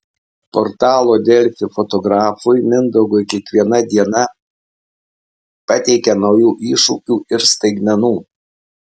portalo delfi fotografui mindaugui kiekviena diena pateikia naujų iššūkių ir staigmenų